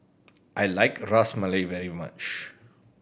I like Ras Malai very much